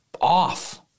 off